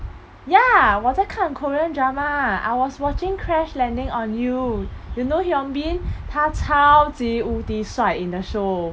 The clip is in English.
ya 我在看 korean drama I was watching crash landing on you you know hyun bin 他超级无敌帅 in the show